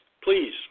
Please